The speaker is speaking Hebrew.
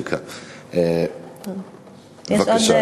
בבקשה.